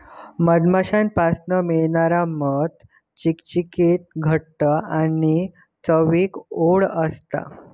मधमाश्यांपासना मिळालेला मध चिकचिकीत घट्ट आणि चवीक ओड असता